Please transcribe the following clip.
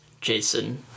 Jason